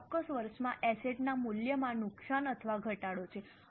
આ ચોક્કસ વર્ષમાં એસેટ ના મૂલ્યમાં નુકસાન અથવા ઘટાડો છે